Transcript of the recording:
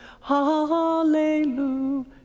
hallelujah